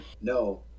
no